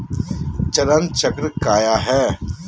चरण चक्र काया है?